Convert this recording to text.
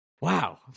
Wow